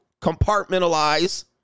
compartmentalize